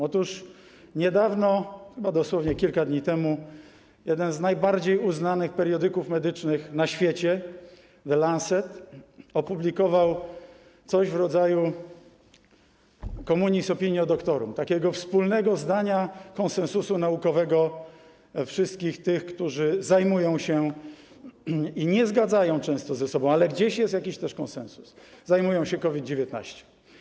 Otóż niedawno, chyba dosłownie kilka dni temu, jeden z najbardziej uznanych periodyków medycznych na świecie, „The Lancet”, opublikował coś w rodzaju communis opinio doctorum, wspólnego zdania, konsensusu naukowego wszystkich tych, którzy zajmują się - i nie zgadzają często ze sobą, ale gdzieś jest też jakiś konsensus - COVID-19.